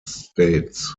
states